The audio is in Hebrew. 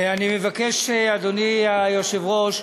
אדוני היושב-ראש,